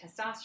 testosterone